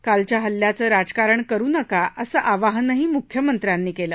कालच्या हल्ल्याचं राजकारण करू नका असं आवाहनही मुख्यमंत्र्यांनी केलं